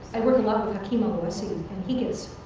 i work a lot with hakeem ah oluseyi. and he gets